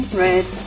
red